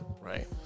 Right